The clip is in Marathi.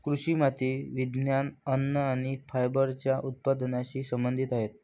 कृषी माती विज्ञान, अन्न आणि फायबरच्या उत्पादनाशी संबंधित आहेत